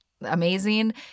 amazing